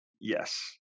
Yes